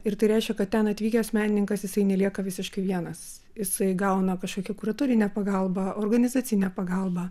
ir tai reiškia kad ten atvykęs menininkas jisai nelieka visiškai vienas jisai gauna kažkokį kuratorinę pagalbą organizacinę pagalbą